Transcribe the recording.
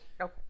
Okay